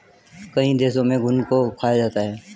कई देशों में घुन को खाया जाता है